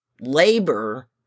labor